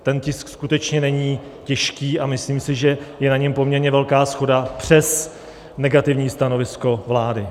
Ten tisk skutečně není těžký a myslím si, že je na něm poměrně velká shoda přes negativní stanovisko vlády.